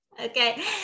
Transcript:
Okay